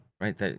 right